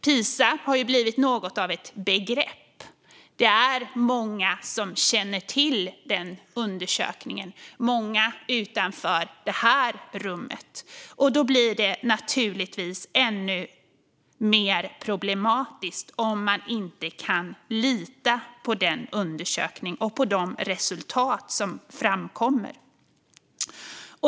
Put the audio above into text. Pisa har blivit något av ett begrepp. Det är många, även utanför det här rummet, som känner till undersökningen. Då blir det ännu mer problematiskt om man inte kan lita på undersökningen och på de resultat som framkommer.